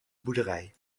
boerderij